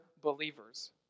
believers